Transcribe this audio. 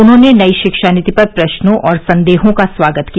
उन्होंने नई शिक्षा नीति पर प्रश्नों और संदेहों का स्वागत किया